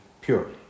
pure